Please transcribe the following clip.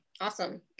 awesome